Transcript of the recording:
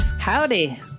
Howdy